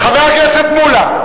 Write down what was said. חבר הכנסת מולה.